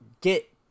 get